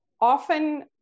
often